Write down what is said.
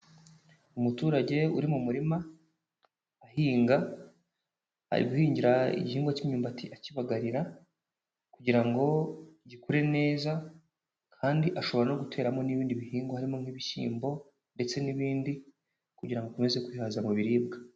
Umuturage uri mu murima ahinga ari guhingira igihingwa cy'imyumbati akibagarira kugira ngo gikure neza kandi ashobora no guteramo n'ibindi bihingwa, harimo nk'ibishyimbo ndetse n'ibindi kugira ngo akomeze kwihaza mu biribwa.